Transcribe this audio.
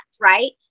right